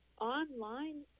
online